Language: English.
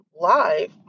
live